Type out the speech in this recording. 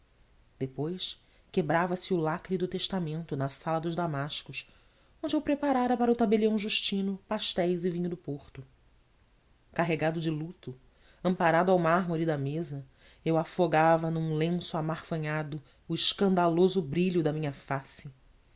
bichos depois quebrava se o lacre do testamento na sala dos damascos onde eu preparara para o tabelião justino pastéis e vinho do porto carregado de luto amparado ao mármore da mesa eu afogava num lenço amarfanhado o escandaloso brilho da minha face